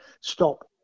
stop